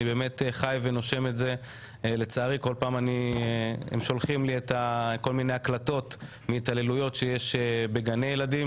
כל פעם הם שולחים לי כל מיני הקלטות מהתעללויות שיש בגני ילדים.